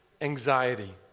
anxiety